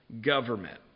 government